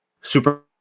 Super